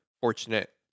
fortunate